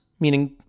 meaning